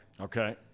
Okay